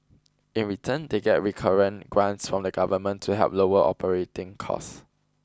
in return they get recurrent grants from the government to help lower operating costs